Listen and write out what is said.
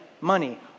money